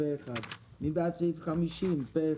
הצבעה סעיף 85(47)